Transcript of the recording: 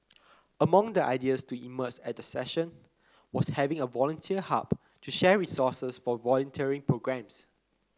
among the ideas to emerge at the session was having a volunteer hub to share resources for volunteering programmes